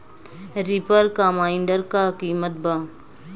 Reaper combiner का किमत बा?